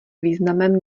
významem